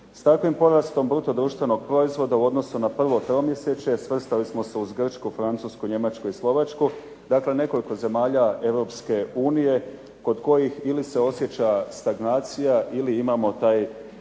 S takvim porastom bruto društvenog proizvoda u odnosu na prvo tromjesečje svrstali smo uz Grčku, Francusku, Njemačku i Slovačku, dakle nekoliko zemalja Europske unije kod kojih ili se osjeća stagnacija ili imamo taj